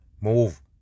Move